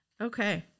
okay